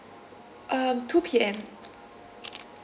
um two P_M